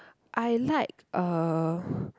I like uh